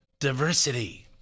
diversity